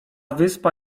wyspa